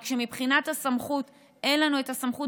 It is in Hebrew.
רק שמבחינת הסמכות אין לנו את הסמכות